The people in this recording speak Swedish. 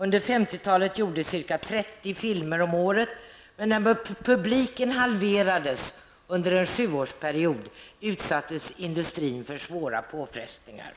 Under 50-talet gjordes ca 30 filmer om året, men när publiken halverades under en sjuårsperiod utsattes industrin för svåra påfrestningar.